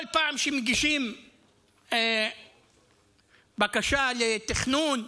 כל פעם שמגישים בקשה לתכנון,